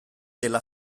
della